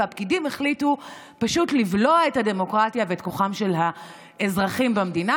והפקידים החליטו פשוט לבלוע את הדמוקרטיה ואת כוחם של האזרחים במדינה,